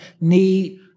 need